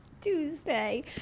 tuesday